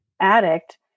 addict